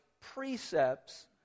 precepts